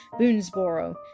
Boonesboro